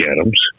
Adams